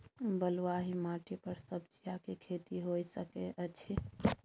बलुआही माटी पर सब्जियां के खेती होय सकै अछि?